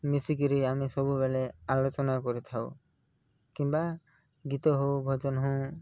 ମିଶି କରି ଆମେ ସବୁବେଳେ ଆଲୋଚନା କରିଥାଉ କିମ୍ବା ଗୀତ ହଉ ଭଜନ ହଉ